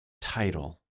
title